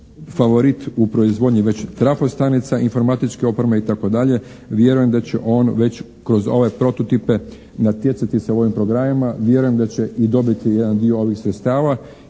favorit u proizvodnji već trafostanica, informatičke opreme i tako dalje vjerujem da će on već kroz ove prototipe natjecati se u ovim programima. Vjerujem da će i dobiti jedan dio ovih sredstava